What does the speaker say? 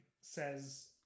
says